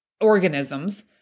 organisms